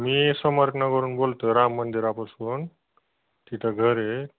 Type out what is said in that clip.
मी समरनंवरून बोलतो राम मंदिरापासून तिथं घर आहे